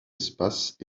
espace